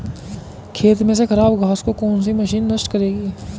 खेत में से खराब घास को कौन सी मशीन नष्ट करेगी?